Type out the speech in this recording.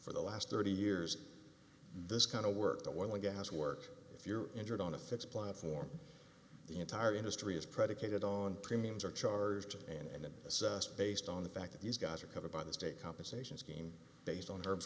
for the last thirty years this kind of work that when gas work if you're injured on a fixed platform the entire industry is predicated on premiums are charged and it assessed based on the fact that these guys are covered by the state compensation scheme based on herb